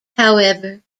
however